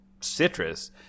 citrus